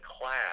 class